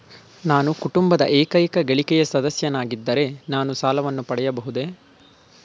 ನಾನು ಕುಟುಂಬದ ಏಕೈಕ ಗಳಿಕೆಯ ಸದಸ್ಯನಾಗಿದ್ದರೆ ನಾನು ಸಾಲವನ್ನು ಪಡೆಯಬಹುದೇ?